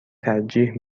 ترجیح